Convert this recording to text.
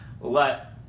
let